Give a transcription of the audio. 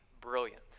brilliant